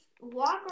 walk